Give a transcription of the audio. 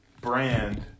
brand